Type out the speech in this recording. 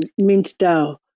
MintDAO